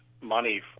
money